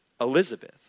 Elizabeth